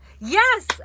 Yes